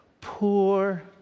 poor